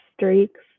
streaks